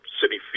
City